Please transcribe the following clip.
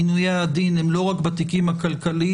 עינויי הדין הם לא רק בתיקים הכלכליים,